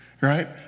right